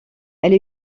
elle